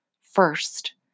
first